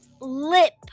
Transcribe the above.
lip